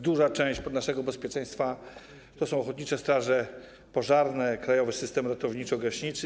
Duża część naszego bezpieczeństwa to są ochotnicze straże pożarne, krajowy system ratowniczo-gaśniczy.